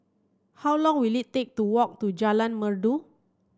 how long will it take to walk to Jalan Merdu